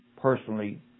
personally